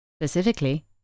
Specifically